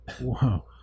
Wow